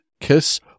kiss